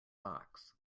box